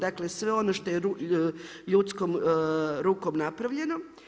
Dakle, sve ono što je ljudskom rukom napravljeno.